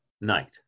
night